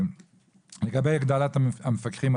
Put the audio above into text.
לגבי הגדלת המפקחים,